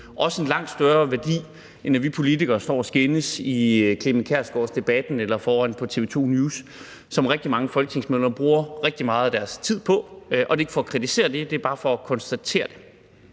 også en langt større værdi, end at vi politikere står og skændes i Clement Kjærsgaards Debatten eller på TV 2 News, som rigtig mange folketingsmedlemmer bruger rigtig meget af deres tid på. Det er ikke for at kritisere det, men det er bare for at konstatere det,